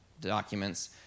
documents